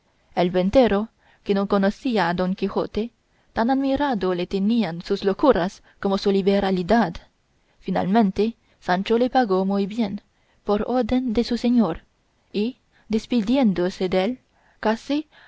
el ventero que no conocía a don quijote tan admirado le tenían sus locuras como su liberalidad finalmente sancho le pagó muy bien por orden de su señor y despidiéndose dél casi